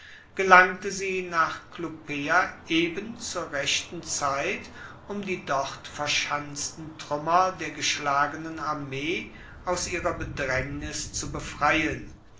gelangte sie nach clupea eben zur rechten zeit um die dort verschanzten truemmer der geschlagenen armee aus ihrer bedraengnis zu befreien